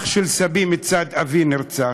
אח של סבי מצד אבי נרצח,